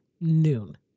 noon